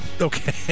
Okay